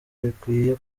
rikwiye